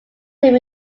him